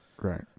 Right